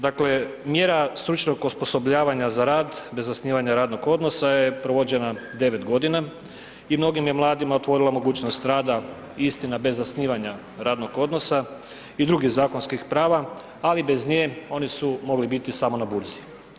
Dakle, mjera stručnog osposobljavanja za rad bez zasnivanja radnog odnosa je provođena 9 godina i mnogim je mladima otvorila mogućnost rada, istina, bez zasnivanja radnog odnosa i drugih zakonskih prava, ali bez nje, oni su mogli biti samo na burzi.